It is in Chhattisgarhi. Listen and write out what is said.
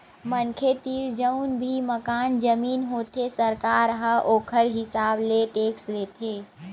मनखे तीर जउन भी मकान, जमीन होथे सरकार ह ओखर हिसाब ले टेक्स लेथे